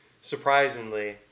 surprisingly